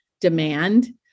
demand